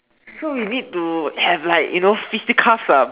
so we need to have like you know physical stuff